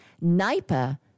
NIPA